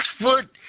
foot